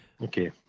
Okay